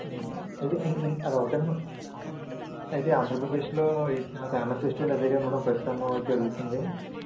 ఇది అదొకటేనా మ అయితే ఆంధ్రప్రదేశ్లో ఫేమస్ ఫెస్టివల్ అదే కదా మ్యాడం ప్రస్తుతం జరుగుతుంది